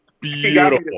Beautiful